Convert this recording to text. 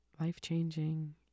life-changing